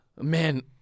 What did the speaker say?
man